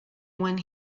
when